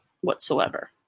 whatsoever